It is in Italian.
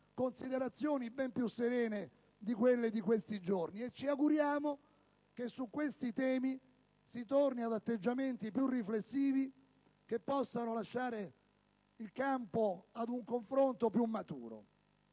considerazioni ben più serene di quelle di questi giorni. Ci auguriamo che su questi temi si torni ad atteggiamenti più riflessivi che possano lasciare il campo ad un confronto più maturo.